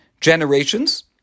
generations